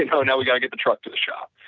you know now we got to get the truck to the shop.